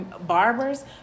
barbers